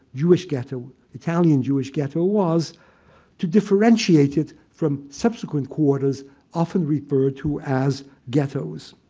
jewish ghetto, italian jewish ghetto, was to differentiate it from subsequent quarters often referred to as ghettos.